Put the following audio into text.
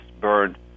burned